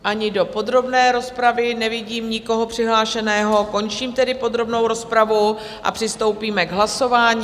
Ani do podrobné rozpravy nevidím nikoho přihlášeného, končím tedy podrobnou rozpravu a přistoupíme k hlasování.